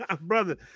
Brother